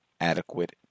adequate